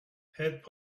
heads